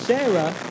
Sarah